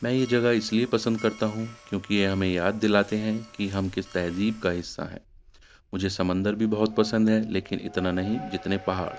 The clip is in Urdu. میں یہ جگہ اس لیے پسند کرتا ہوں کیونکہ یہ ہمیں یاد دلاتے ہیں کہ ہم کس تہذیب کا حصہ ہیں مجھے سمندر بھی بہت پسند ہے لیکن اتنا نہیں جتنے پہاڑ